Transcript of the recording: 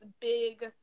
big